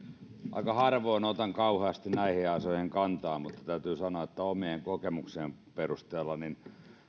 aika harvoin otan kauheasti näihin asioihin kantaa mutta täytyy sanoa että omien kokemuksieni perusteella